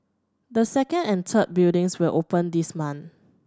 the second and third buildings will open this month